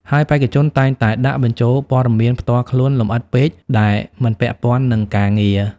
ហើយបេក្ខជនតែងតែដាក់បញ្ចូលព័ត៌មានផ្ទាល់ខ្លួនលម្អិតពេក ដែលមិនពាក់ព័ន្ធនឹងការងារ។